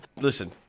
listen